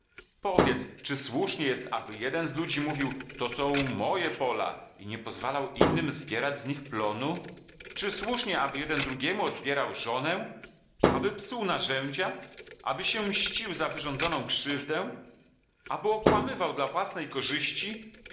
powiedz czy słusznie jest aby jeden z ludzi mówił to są moje pola i nie pozwalał innym zbierać z nich plonu czy słusznie aby jeden drugiemu odbierał żonę aby psuł narzędzia aby się mścił za wyrządzoną krzywdę aby okłamywał dla własnej korzyści